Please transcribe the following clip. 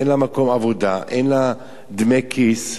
אין לה מקום עבודה, אין לה דמי כיס,